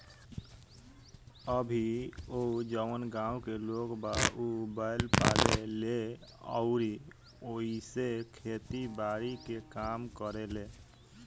अभीओ जवन गाँव के लोग बा उ बैंल पाले ले अउरी ओइसे खेती बारी के काम करेलें